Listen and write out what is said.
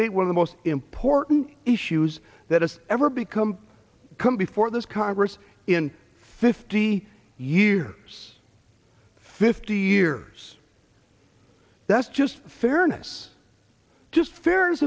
when the most important issues that has ever become come before this congress in fifty years fifty years that's just fairness just fair